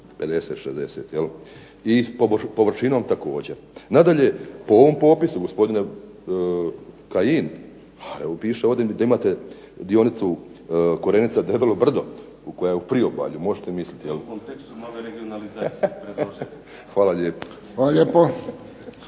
250, 260 i površinom također. Nadalje, po ovom popisu gospodine Kajin, evo piše ovdje da imate dionicu Korenica-Debelo brdo koja je u priobalju, možete mislit. … /Upadica se ne razumije./… Hvala lijepo.